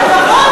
לפחות תן כבוד.